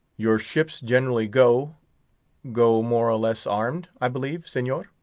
your ships generally go go more or less armed, i believe, senor?